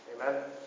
Amen